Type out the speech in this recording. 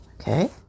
Okay